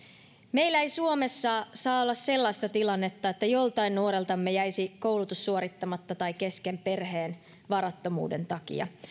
meillä ei suomessa saa olla sellaista tilannetta että joltain nuoreltamme jäisi koulutus suorittamatta tai kesken perheen varattomuuden takia